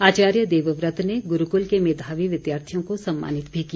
आचार्य देवव्रत ने गुरूकुल के मेधावी विद्यार्थियों को सम्मानित भी किया